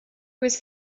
was